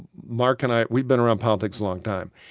mark and i, we've been around politics a long time